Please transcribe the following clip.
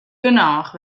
genôch